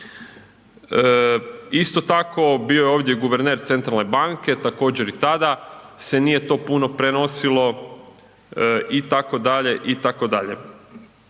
Isto tako bio je ovdje guverner centralne banke, također i tada se nije to puno prenosilo, i tako dalje, i tako dalje.